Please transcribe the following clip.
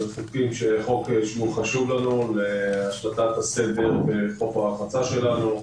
זה חוק שחשוב לנו להשלטת הסדר בחוף הרחצה שלנו,